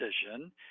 decision